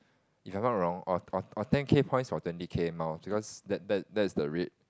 if I'm not wrong or or or ten K points for twenty K miles because that's that's that's the rate